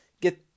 get